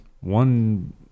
one